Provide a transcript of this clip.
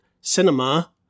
cinema